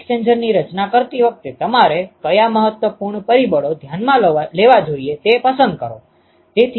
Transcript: heat એક્સ્ચેન્જરની રચના કરતી વખતે તમારે કયા મહત્વપૂર્ણ પરિબળો ધ્યાનમાં લેવા જોઈએ તે પસંદ કરો